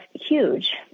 huge